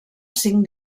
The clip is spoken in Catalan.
cinc